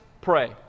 pray